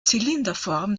zylinderform